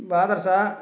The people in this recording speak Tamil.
பாதர்ஷா